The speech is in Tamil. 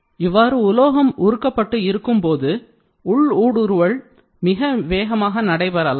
இவ்வாறு உலோகம் உருக்கப்பட்டு இருக்கும் போது உள் ஊடுருவல் மிக வேகமாக நடைபெறலாம்